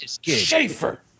Schaefer